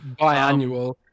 biannual